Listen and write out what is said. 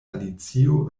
alicio